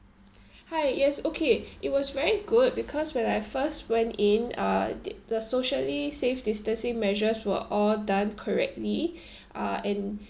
hi yes okay it was very good because when I first went in uh the the socially safe distancing measures were all done correctly uh and